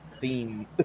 theme